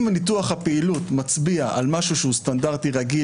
אם ניתוח הפעילות מצביע על משהו שהוא סטנדרטי רגיל,